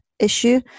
issue